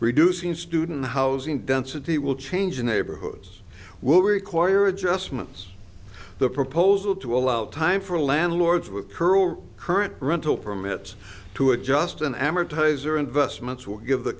reducing student housing density will change in neighborhoods will require adjustments the proposal to allow time for a landlord's with her current rental permits to adjust an advertiser investments will give the